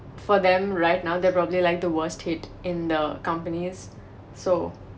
for them right now they probably like the worst hit in the companies so